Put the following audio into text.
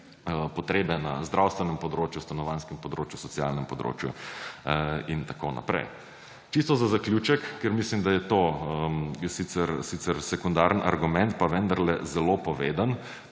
potrebe na zdravstvenem področju, stanovanjskem področju, socialnem področju in tako naprej. Čisto za zaključek, ker mislim, da je to sicer sekundaren argument, pa vendarle zelo poveden,